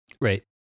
Right